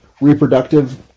reproductive